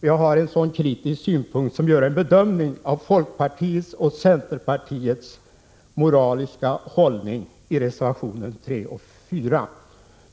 Jag har nämligen kritiska synpunkter som innebär en bedömning av folkpartiets och centerpartiets moraliska hållning i reservationerna 3 och 4.